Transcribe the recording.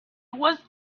was